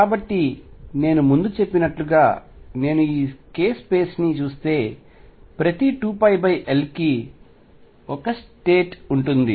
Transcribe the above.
కాబట్టి నేను ముందు చెప్పినట్లుగా నేను ఈ k స్పేస్ ని చూస్తే ప్రతి 2πL కి ఒక స్టేట్ ఉంటుంది